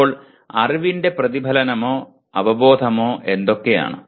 ഇപ്പോൾ അറിവിന്റെ പ്രതിഫലനമോ അവബോധമോ എന്തൊക്കെയാണ്